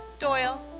Doyle